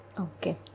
Okay